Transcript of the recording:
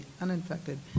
uninfected